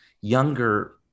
younger